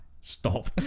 stop